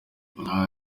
aha